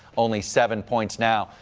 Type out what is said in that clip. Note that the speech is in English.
only seven points now.